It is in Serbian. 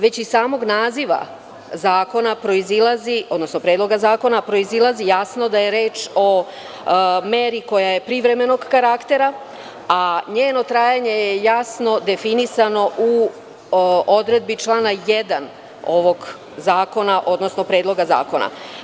Već iz samog naziva zakona, odnosno Predloga zakona proizilazi jasno da je reč o meri koja je privremenog karaktera, a njeno trajanje je jasno definisano u odredbi člana 1. ovog zakona, odnosno Predloga zakona.